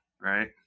Right